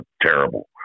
terrible